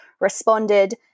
responded